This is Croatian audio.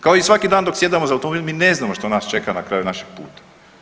Kao i svaki dana dok sjedamo za automobil mi ne znamo što nas čeka na kraju našeg puta.